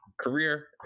career